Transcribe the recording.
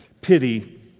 Pity